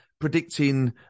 predicting